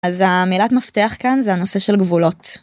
אז המילת מפתח כאן זה הנושא של גבולות.